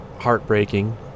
heartbreaking